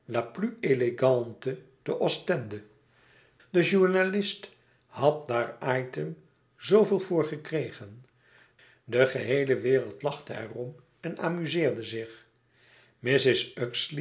élégante d'ostende de journalist had daar item zooveel voor gekregen de geheele wereld lachte er om en amuzeerde zich mrs